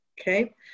Okay